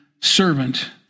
servant